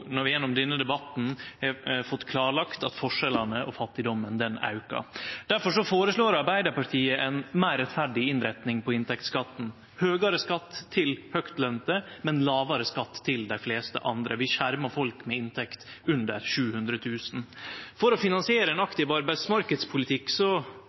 når vi gjennom denne debatten har fått klarlagt at forskjellane og fattigdomen aukar. Difor føreslår Arbeidarpartiet ei meir rettferdig innretning på inntektsskatten, høgare skatt til høgtlønte, men lågare skatt til dei fleste andre – vi skjermar folk med inntekt under 700 000 kr. For å finansiere ein